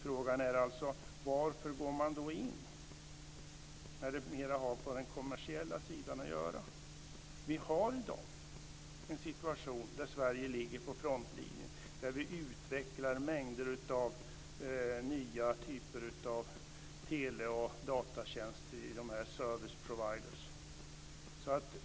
Frågan är alltså: Varför går man då in när det mera har med den kommersiella sidan att göra? Vi har i dag en situation där Sverige ligger på frontlinjen, där vi utvecklar mängder av nya typer av tele och datatjänster i service providers.